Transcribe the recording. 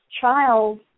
child